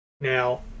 Now